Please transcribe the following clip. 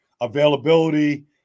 availability